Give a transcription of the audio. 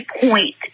point